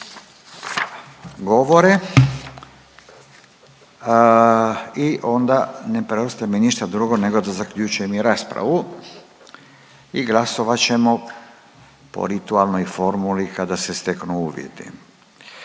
govore i onda ne preostaje mi ništa drugo nego da zaključujem i raspravi i glasovat ćemo po ritualnoj formuli kada se steknu uvjeti.